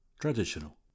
Traditional